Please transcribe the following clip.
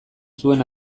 zuen